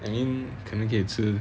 I mean 可能可以吃